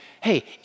hey